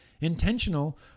intentional